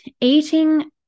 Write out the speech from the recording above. eating